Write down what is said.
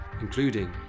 including